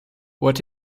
what